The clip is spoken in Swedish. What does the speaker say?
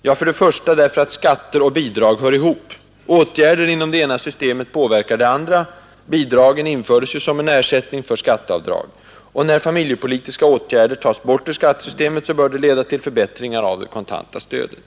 Jo, för det första därför att skatter och bidrag hör ihop. Åtgärder inom det ena systemet påverkar det andra. Bidragen infördes ju som en ersättning för skatteavdrag. När familjepolitiska åtgärder tas bort ur skattesystemet bör det leda till förbättringar av det kontanta stödet.